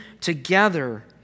together